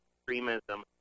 extremism